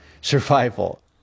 survival